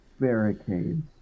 barricades